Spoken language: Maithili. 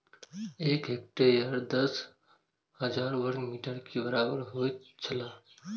एक हेक्टेयर दस हजार वर्ग मीटर के बराबर होयत छला